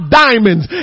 diamonds